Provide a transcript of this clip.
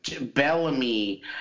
Bellamy